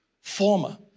former